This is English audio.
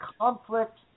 conflict